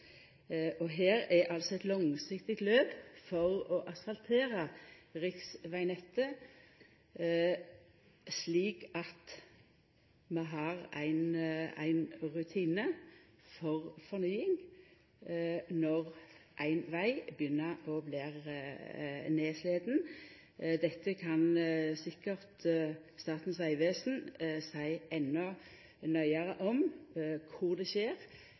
Her er det eit langsiktig løp for å asfaltera riksvegnettet. Vi har ein rutine for fornying når ein veg begynner å bli nedsliten. Kor det skjer frå fylke til fylke, kan sikkert Statens vegvesen seia endå nøyare,